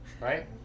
Right